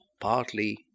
partly